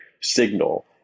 signal